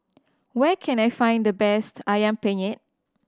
where can I find the best Ayam Penyet